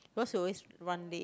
because you always run late